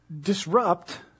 disrupt